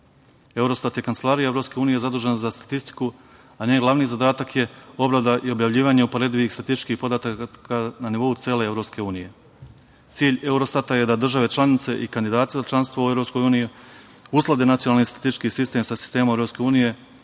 Eurostat je Kancelarija EU zadužena za statistiku, a njen glavni zadatak je obrada i objavljivanje uporedivih statističkih podataka na nivou cele EU.Cilj Eurostata je da države članice i kandidati za članstvo u EU usklade nacionalni statistički sistem sa sistemom EU,